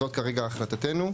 זאת כרגע החלטתנו.